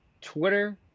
Twitter